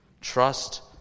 Trust